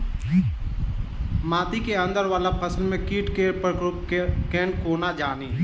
माटि केँ अंदर वला फसल मे कीट केँ प्रकोप केँ कोना जानि?